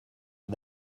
for